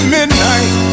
Midnight